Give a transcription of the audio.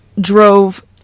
drove